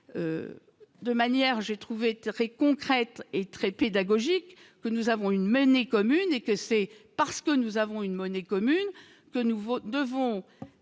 De manière, j'ai trouvé très concrète et très pédagogique que nous avons une monnaie commune et que c'est parce que nous avons une monnaie commune de nouveau devront